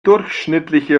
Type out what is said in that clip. durchschnittliche